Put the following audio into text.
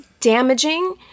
damaging